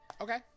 okay